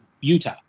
Utah